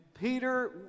Peter